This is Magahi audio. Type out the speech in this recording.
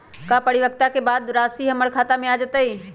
का परिपक्वता के बाद राशि हमर खाता में आ जतई?